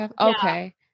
Okay